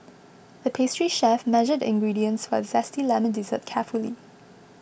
the pastry chef measured the ingredients for a Zesty Lemon Dessert carefully